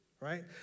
right